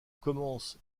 commence